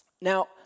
Now